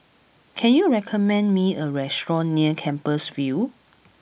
can you recommend me a restaurant near Compassvale